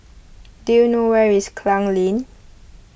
do you know where is Klang Lane